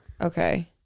okay